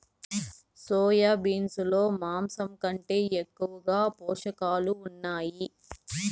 soya beans లో మాంసం కంటే ఎక్కువగా పోషకాలు ఉన్నాయి